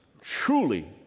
truly